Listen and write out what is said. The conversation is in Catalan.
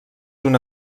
una